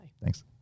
Thanks